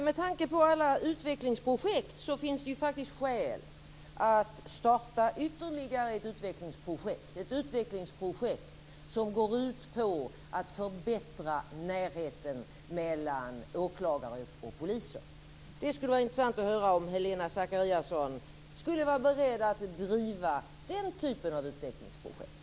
Med tanke på alla utvecklingsprojekt finns det faktiskt skäl att starta ytterligare ett utvecklingsprojekt som går ut på att förbättra närheten mellan åklagare och poliser. Det skulle vara intressant att höra om Helena Zakariasén skulle vara beredd att driva den typen av utvecklingsprojekt.